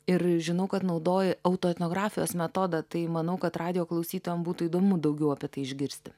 ir žinau kad naudoji autoetnografijos metodą tai manau kad radijo klausytojam būtų įdomu daugiau apie tai išgirsti